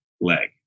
leg